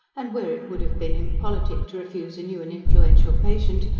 and where it would have been impolitic to refuse a new and influential patient,